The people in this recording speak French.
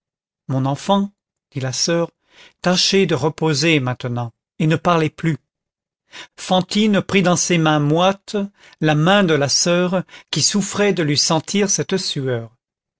mon enfant dit la soeur tâchez de reposer maintenant et ne parlez plus fantine prit dans ses mains moites la main de la soeur qui souffrait de lui sentir cette sueur